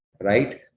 right